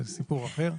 זה סיפור אחר.